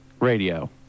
Radio